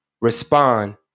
respond